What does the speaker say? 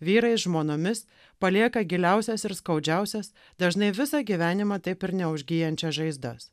vyrais žmonomis palieka giliausias ir skaudžiausias dažnai visą gyvenimą taip ir neužgyjančias žaizdas